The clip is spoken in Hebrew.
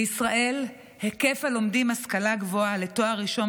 בישראל היקף הלומדים בהשכלה הגבוהה לתואר ראשון